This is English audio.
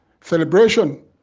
celebration